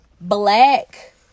black